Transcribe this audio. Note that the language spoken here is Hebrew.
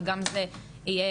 וגם תהיה